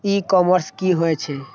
ई commerce की होय छेय?